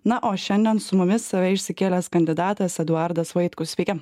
na o šiandien su mumis save išsikėlęs kandidatas eduardas vaitkus sveiki